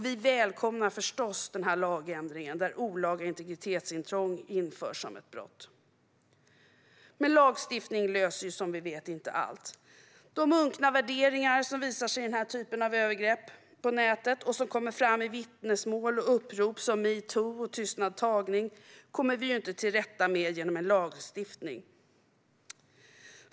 Vi välkomnar förstås denna lagändring där olaga integritetsintrång införs som ett brott. Ett starkt straffrättsligt skydd för den person-liga integriteten Men lagstiftning löser som vi vet inte allt. De unkna värderingar som visar sig i denna typ av övergrepp på nätet och som kommer fram i vittnesmål och upprop som metoo och tystnadtagning kommer vi inte till rätta med genom lagstiftning.